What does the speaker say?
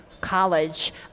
College